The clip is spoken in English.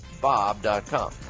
bob.com